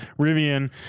rivian